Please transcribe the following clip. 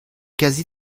quasi